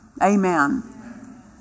Amen